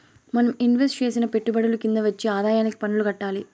మనం ఇన్వెస్టు చేసిన పెట్టుబడుల కింద వచ్చే ఆదాయానికి పన్నులు కట్టాలి